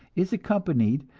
is accompanied,